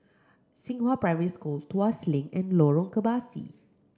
Xinghua Primary School Tuas Link and Lorong Kebasi